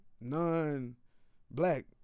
non-black